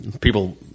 People